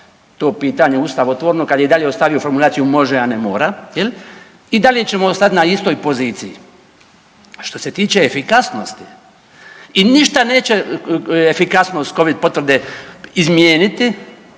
to pitanje ustavotvorno kad je i dalje ostavio formulaciju može, a ne mora jel i dalje ćemo ostati na istoj poziciji. Što se tiče efikasnosti i ništa neće efikasnost covid potvrde izmijeniti